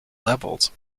levels